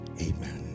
amen